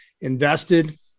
invested